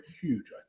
huge